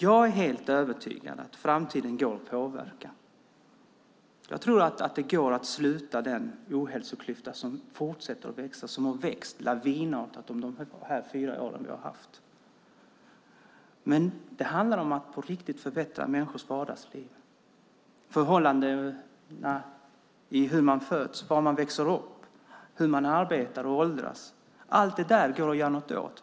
Jag är helt övertygad om att framtiden går att påverka. Jag tror att det går att sluta den ohälsoklyfta som fortsätter att växa och som har växt lavinartat under de senaste fyra åren. Men det handlar om att på riktigt förbättra människors vardagsliv. Förhållanden som gäller var man föds, var man växer upp, hur man arbetar och hur man åldras går att göra något åt.